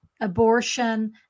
abortion